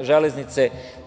železnice,